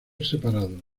separado